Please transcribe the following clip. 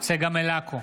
צגה מלקו,